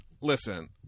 Listen